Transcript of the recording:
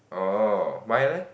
oh why leh